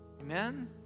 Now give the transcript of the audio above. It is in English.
Amen